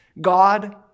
God